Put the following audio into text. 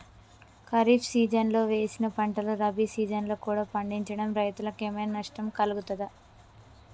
ఖరీఫ్ సీజన్లో వేసిన పంటలు రబీ సీజన్లో కూడా పండించడం రైతులకు ఏమైనా నష్టం కలుగుతదా?